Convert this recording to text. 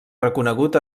reconegut